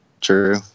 True